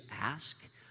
ask